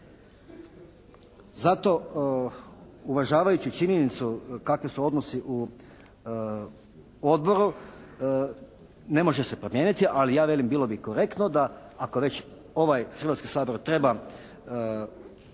Zato uvažavajući činjenicu kakvi su odnosi u odboru, ne može se promijeniti, ali ja velim bilo bi korektno da ako već ovaj Hrvatski sabor treba imenovati